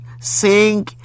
sing